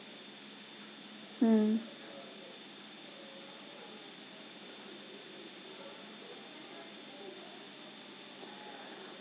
mm